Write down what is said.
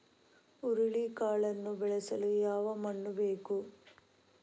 ಹುರುಳಿಕಾಳನ್ನು ಬೆಳೆಸಲು ಯಾವ ಮಣ್ಣು ಬೇಕು?